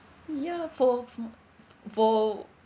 ya for hmm for